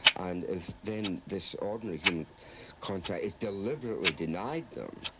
and if then this ordinary human contact is deliberately denied them,